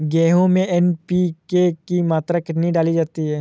गेहूँ में एन.पी.के की मात्रा कितनी डाली जाती है?